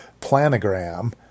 planogram